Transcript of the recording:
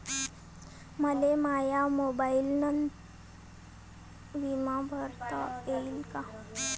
मले माया मोबाईलनं बिमा भरता येईन का?